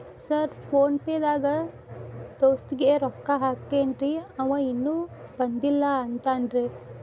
Sir PhonePe ದಾಗ ದೋಸ್ತ್ ಗೆ ರೊಕ್ಕಾ ಹಾಕೇನ್ರಿ ಅಂವ ಇನ್ನು ಬಂದಿಲ್ಲಾ ಅಂತಾನ್ರೇ?